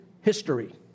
history